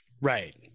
Right